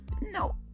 No